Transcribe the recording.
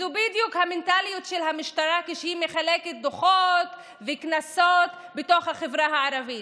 המנטליות של המשטרה כשהיא מחלקת דוחות וקנסות בתוך החברה הערבית.